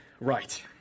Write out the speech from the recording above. right